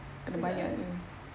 kejap eh